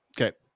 okay